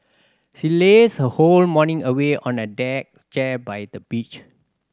she lazed her whole morning away on a deck chair by the beach